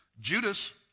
Judas